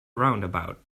roundabout